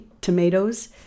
tomatoes